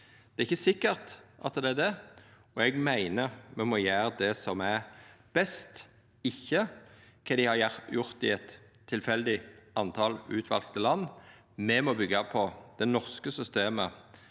Det er ikkje sikkert at det er det. Eg meiner me må gjera det som er best, ikkje kva dei har gjort i eit tilfeldig antal utvalde land. Me må byggja på det norske systemet